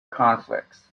conflicts